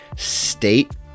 state